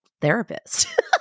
therapist